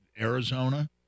Arizona